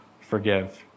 forgive